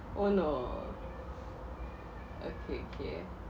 oh no okay okay